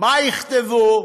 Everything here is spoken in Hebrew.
מה יכתבו,